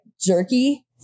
jerky